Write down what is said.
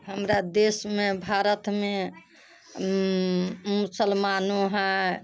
हमरा देशमे भारतमे मुसलमानो हय